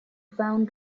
found